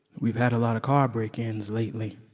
we've had a lot of car break-ins lately.